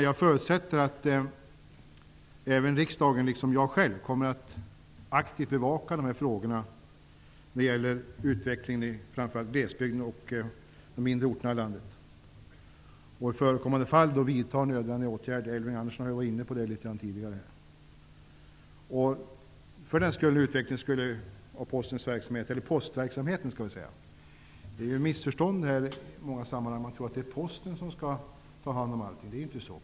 Jag förutsätter att även riksdagen, liksom jag själv, kommer att aktivt bevaka dessa frågor när det gäller utvecklingen framför allt i glesbygden och de mindre orterna i landet och i förekommande fall vidta nödvändiga åtgärder. Elving Andersson har redan tidigare varit inne på den frågan. Det har i många sammanhang funnits missförstånd. Man tror att det är Posten som skall ta hand om allting. Så är det inte.